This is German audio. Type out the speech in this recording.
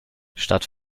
statt